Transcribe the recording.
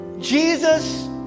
Jesus